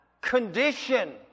condition